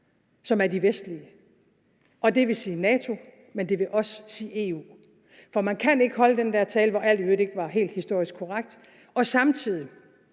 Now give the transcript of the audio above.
som er de vestlige. Det vil sige NATO, men det vil også sige EU. For man kan ikke holde den der tale, hvor alt i øvrigt ikke var helt historisk korrekt, og samtidig